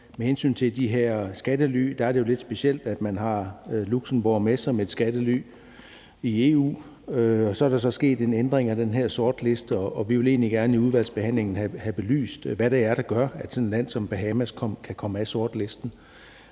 Med hensyn til de her skattely er det jo lidt specielt, at man har Luxembourg med som et skattely i EU. Så er der så sket en ændring af den her sortliste, og vi vil egentlig gerne i udvalgsbehandlingen have belyst, hvad det er, der gør, at sådan et land som Bahamas kan komme af sortlisten.